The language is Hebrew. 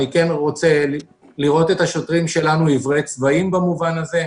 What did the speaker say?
אני רוצה לראות את השוטרים שלנו עיוורי צבעים במובן הזה,